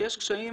שיש קשיים